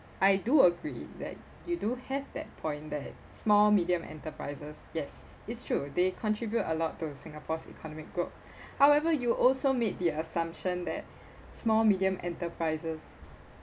I do agree that you do have that point that small medium enterprises yes it's true they contribute a lot to singapore's economic growth however you also made the assumption that small medium enterprises